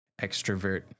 extrovert